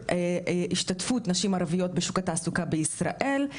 השתתפות נשים ערביות בשוק התעסוקה בישראל.